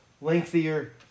lengthier